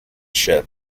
ship